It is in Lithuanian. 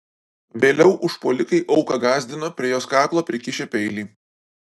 vėliau užpuolikai auką gąsdino prie jos kaklo prikišę peilį